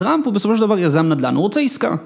טראמפ הוא בסופו של דבר יזם נדל"ן הוא רוצה עיסקה